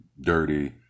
Dirty